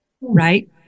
right